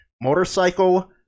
motorcycle